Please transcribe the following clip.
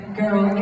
girl